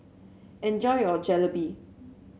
enjoy your Jalebi